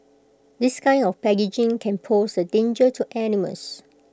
this kind of packaging can pose A danger to animals